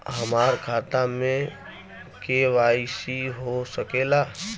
हमार खाता में के.वाइ.सी हो सकेला?